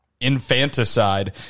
infanticide